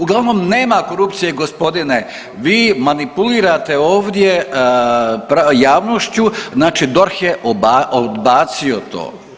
Uglavnom nema korupcije gospodine, vi manipulirate ovdje javnošću, znači DORH je odbacio to.